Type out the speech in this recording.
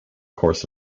course